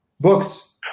Books